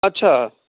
अच्छा